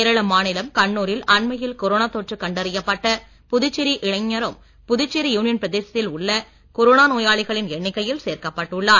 கேரள மாநிலம் கண்ணூரில் அண்மையில் கொரோனா தொற்று கண்டறியப்பட்ட புதுச்சேரி இளைஞரும் புதுச்சேரி யுனியன் பிரதேசத்தில் உள்ள கொரோனா நோயாளிகளின் எண்ணிக்கையில் சேர்க்கப் பட்டுள்ளார்